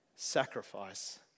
Sacrifice